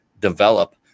develop